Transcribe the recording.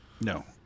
No